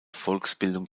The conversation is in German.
volksbildung